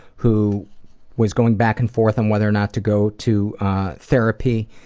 who was going back and forth on whether or not to go to therapy,